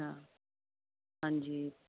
ਹਾਂਜੀ